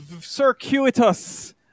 circuitous